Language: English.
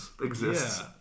exists